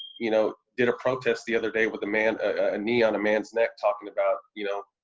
you know, did a protest the other day with a man, a knee on a man's neck talking about, you know,